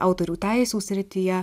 autorių teisių srityje